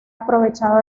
aprovechado